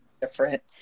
different